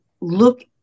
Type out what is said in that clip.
look